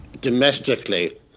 domestically